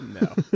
no